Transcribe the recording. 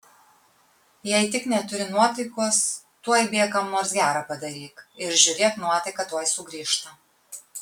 jei tik neturi nuotaikos tuoj bėk kam nors gera padaryk ir žiūrėk nuotaika tuoj sugrįžta